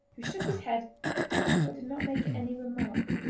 who shook his head but did not make any remark.